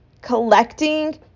Collecting